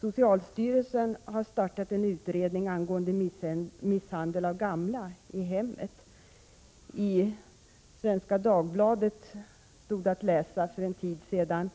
Socialstyrelsen har startat en utredning angående misshandel av gamla människor i hemmet. I Svenska Dagbladet stod det att läsa för en tid sedan: